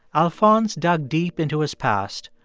alphonse dug deep into his past,